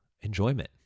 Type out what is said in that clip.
enjoyment